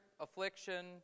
affliction